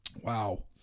Wow